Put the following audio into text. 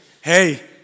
hey